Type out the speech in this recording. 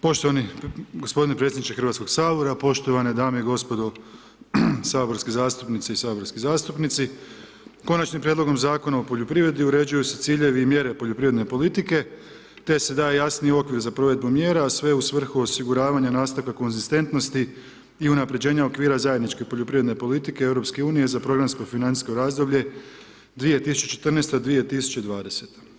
Poštovani gospodine predsjedniče Hrvatskog sabora, poštovane dame i gospodo saborski zastupnici i saborski zastupnici, Konačnim prijedlogom Zakona o poljoprivredi uređuju se ciljevi i mjere poljoprivredne politike te se daje jasni okvir za provedbu mjera sve u svrhu osiguravanja nastanka konzistentnosti i unaprjeđenja okvira zajedničke poljoprivredne politike EU za programsko financijsko razdoblje 2014. – 2020.